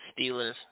Steelers